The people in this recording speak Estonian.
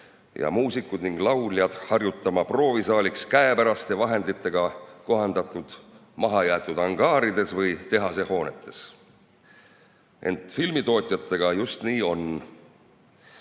ja muusikud ja lauljad harjutama proovisaaliks käepäraste vahenditega kohandatud mahajäetud angaarides või tehasehoonetes. Ent filmitootjatega just nii